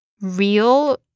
real